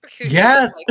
Yes